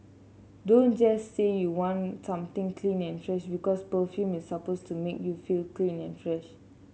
don't just say you want something clean and fresh because perfume is supposed to make you feel clean and fresh